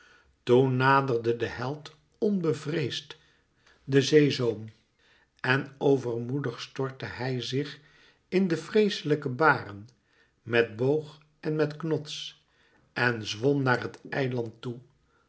toen naderde de held onbevreesd den zeezoom en overmoedig stortte hij zich in de vreeslijke baren met boog en met knots en zwom naar het eiland toe